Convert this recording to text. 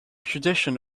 tradition